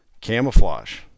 camouflage